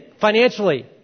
financially